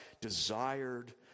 desired